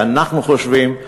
ואנחנו חושבים,